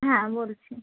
হ্যাঁ বলছি